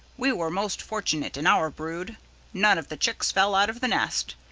we were most fortunate in our brood none of the chicks fell out of the nest,